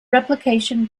replication